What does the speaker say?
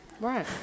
Right